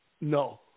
No